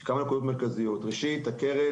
הקרן,